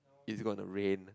is it gonna rain